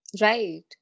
Right